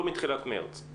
לא מתחילת מרץ.